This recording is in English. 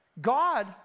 God